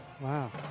Wow